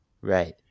Right